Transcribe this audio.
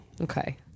Okay